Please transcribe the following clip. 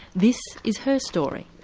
this is her story.